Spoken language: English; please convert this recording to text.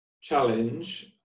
challenge